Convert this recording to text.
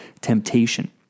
temptation